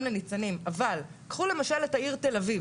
ל"ניצנים" אבל קחו למשל את העיר תל-אביב